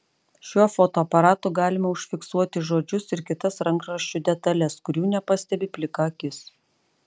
šiuo fotoaparatu galima užfiksuoti žodžius ir kitas rankraščių detales kurių nepastebi plika akis